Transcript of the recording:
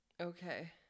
Okay